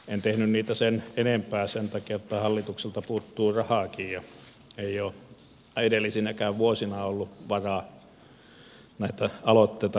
en tehnyt niitä sen enempää sen takia että hallitukselta puuttuu rahaakin eikä ole edellisinäkään vuosina ollut varaa näitä aloitteita lähteä toteuttamaan